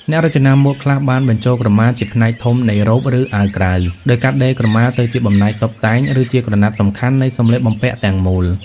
អ្នករចនាម៉ូដខ្លះបានបញ្ចូលក្រមាជាផ្នែកធំនៃរ៉ូប ឬអាវក្រៅ ដោយកាត់ដេរក្រមាទៅជាបំណែកតុបតែង ឬជាក្រណាត់សំខាន់នៃសម្លៀកបំពាក់ទាំងមូល។